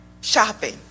Shopping